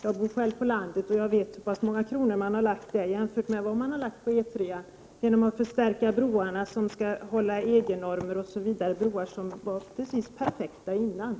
Jag bor själv på landet och vet hur få kronor som lagts ner där, medan man har lagt ner mycket pengar på E 3 för att förstärka broarna så att de skall hålla EG-normerna, broar som var precis perfekta tidigare.